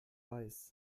weiß